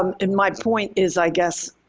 um and my point is, i guess,